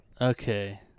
Okay